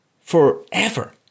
forever